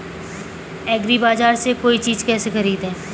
एग्रीबाजार से कोई चीज केसे खरीदें?